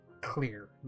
clear